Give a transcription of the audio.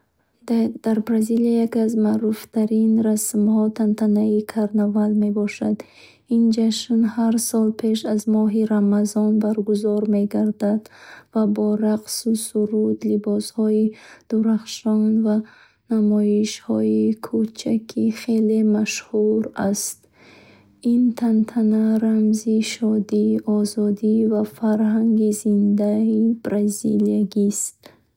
Дар Бразилия яке аз маъруфтарин расмҳо тантанаи Карнавал мебошад. Ин ҷашн ҳар сол пеш аз моҳи Рамазон баргузор мегардад ва бо рақсу суруд, либосҳои дурахшон ва намоишҳои кӯчагӣ хеле машҳур аст. Ин тантана рамзи шодӣ, озодӣ ва фарҳанги зиндаи бразилиягист.